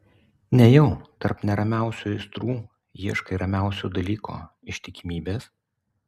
nejau tarp neramiausių aistrų ieškai ramiausio dalyko ištikimybės